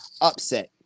Upset